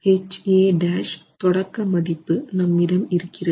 HA' தொடக்க மதிப்பு நம் இடம் இருக்கிறது